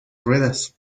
ruedas